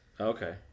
Okay